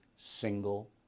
single